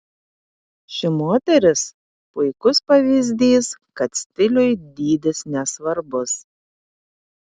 ši moteris puikus pavyzdys kad stiliui dydis nesvarbus